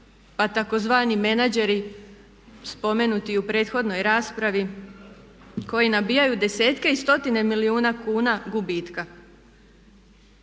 pa tzv. menadžeri spomenuti i u prethodnoj raspravi koji nabijaju desetke i stotine milijuna kuna gubitka.